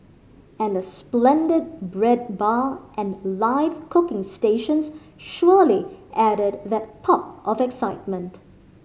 and a splendid bread bar and live cooking stations surely added that pop of excitement